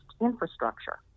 infrastructure